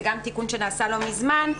זה גם תיקון שנעשה לא מזמן,